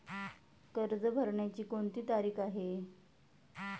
कर्ज भरण्याची कोणती तारीख आहे?